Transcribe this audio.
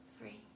three